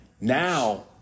Now